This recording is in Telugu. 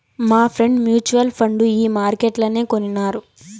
మాఫ్రెండ్ మూచువల్ ఫండు ఈ మార్కెట్లనే కొనినారు